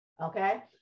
Okay